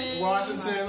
Washington